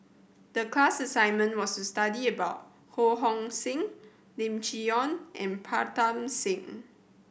the class assignment was to study about Ho Hong Sing Lim Chee Onn and Pritam Singh